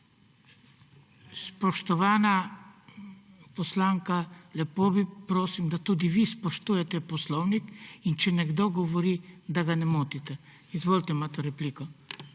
Spoštovana poslanka, lepo prosim, da tudi vi spoštujete poslovnik. Če nekdo govori, da ga ne motite. Izvolite, Nataša